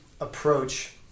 approach –